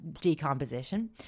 decomposition